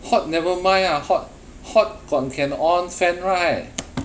hot never mind ah hot hot go~ can on fan right